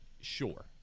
Sure